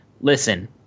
listen